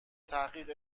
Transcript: تحقیق